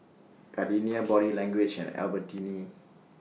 Gardenia Body Language and Albertini